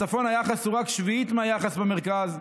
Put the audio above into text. בצפון היחס הוא רק שביעית מהיחס במרכז,